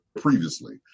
previously